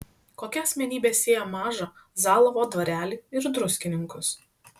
kokia asmenybė sieja mažą zalavo dvarelį ir druskininkus